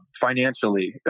financially